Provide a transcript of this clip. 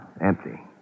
Empty